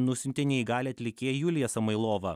nusiuntė neįgalią atlikėją juliją samoilovą